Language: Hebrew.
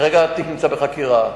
כרגע התיק נמצא בחקירה.